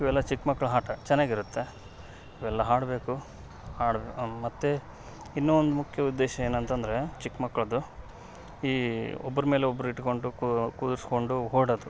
ಇವೆಲ್ಲ ಚಿಕ್ಕ ಮಕ್ಕಳು ಆಟ ಚೆನ್ನಾಗಿರುತ್ತೆ ಇವೆಲ್ಲ ಆಡ್ಬೇಕು ಆಡ್ ಮತ್ತು ಇನ್ನು ಒಂದು ಮುಖ್ಯ ಉದ್ದೇಶ ಏನಂತಂದರೆ ಚಿಕ್ಕ ಮಕ್ಕಳದು ಈ ಒಬ್ರ ಮೇಲೆ ಒಬ್ರು ಇಟ್ಕೊಂಡು ಕೂರಿಸ್ಕೊಂಡು ಓಡೋದು